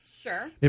Sure